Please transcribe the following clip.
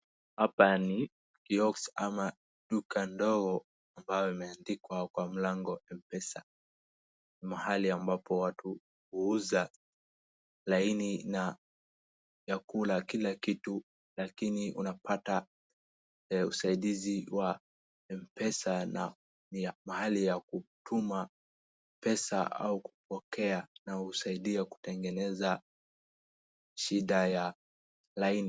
Hapa ni kioski ama duka ndogo ambayo imendikwa kwa mlango M-pesa, mahali ambapo watu huuza laini na vyakula, kila kitu, lakini unapata usaidizi wa M-pesa na mahali ya kutuma pesa au kupokea, na husaidia kutengeneza shida ya laini.